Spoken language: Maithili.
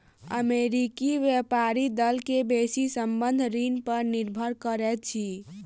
अमेरिकी व्यापारी दल के बेसी संबंद्ध ऋण पर निर्भर करैत अछि